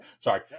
Sorry